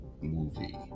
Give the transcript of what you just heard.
movie